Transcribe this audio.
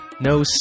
no